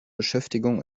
beschäftigung